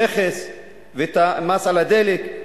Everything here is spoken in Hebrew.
המכס והמס על הדלק,